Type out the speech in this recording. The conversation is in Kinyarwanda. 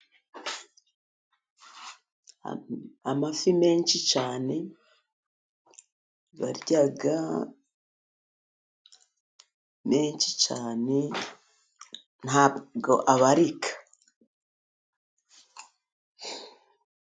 Amafi menshi cyane, barya menshi cyane, ntabwo abarika.